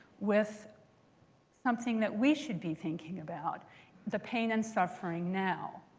with something that we should be thinking about the pain and suffering now.